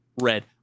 red